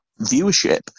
viewership